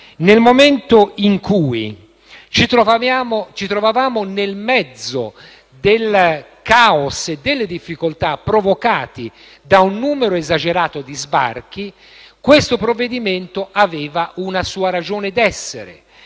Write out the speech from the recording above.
nel momento in cui ci fossimo trovati nel mezzo del caos e delle difficoltà provocati da un numero esagerato di sbarchi, esso avrebbe avuto una sua ragione d'essere.